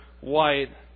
white